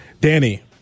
danny